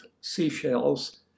seashells